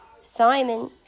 Simon